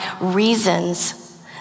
reasons